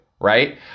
Right